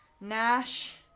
Nash